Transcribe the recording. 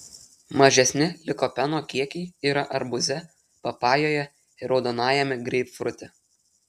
mažesni likopeno kiekiai yra arbūze papajoje ir raudonajame greipfrute